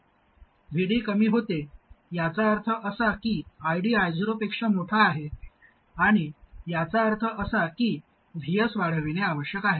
VD कमी होते याचा अर्थ असा की ID I0 पेक्षा मोठा आहे आणि याचा अर्थ असा की Vs वाढविणे आवश्यक आहे